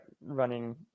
running